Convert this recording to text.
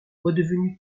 redevenue